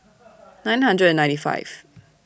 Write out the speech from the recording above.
nine hundred and ninety five